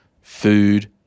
food